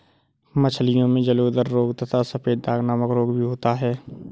मछलियों में जलोदर रोग तथा सफेद दाग नामक रोग भी होता है